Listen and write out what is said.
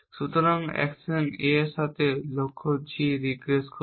সুতরাং action A এর সাথে লক্ষ্য G রিগ্রেস করুন